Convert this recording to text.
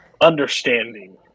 understanding